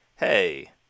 Hey